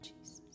Jesus